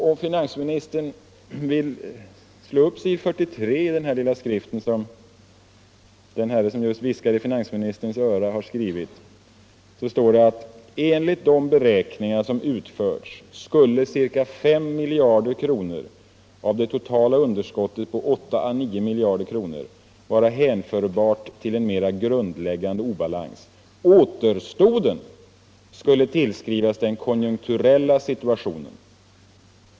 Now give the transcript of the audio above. Om finansministern vill slå upp s. 43 i den lilla skrift som den herre som just viskar i finansministerns öra har skrivit, så finner han att det står att enligt de beräkningar som utförts skulle ca 5 miljarder kronor av det totala underskottet på 8 å 9 miljarder kronor vara hänförbart till en mera grundläggande obalans. Återstoden skulle tillskrivas den konjunkturella situationen.